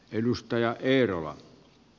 edustaja eerola